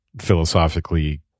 philosophically